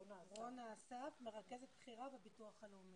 רונה אסף, מרכז בכירה, מהביטוח הלאומי.